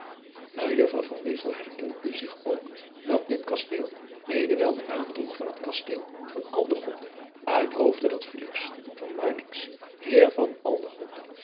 ejuffrouw herinnerde zich ook dat dit kasteel mede wel den naam droeg van het kasteel van ldegonde uit hoofde dat eer van